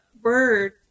bird